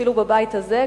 אפילו בבית הזה,